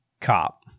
cop